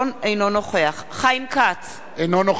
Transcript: אינו נוכח אינו נוכח.